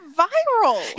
viral